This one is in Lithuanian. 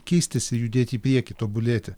keistis ir judėti į priekį tobulėti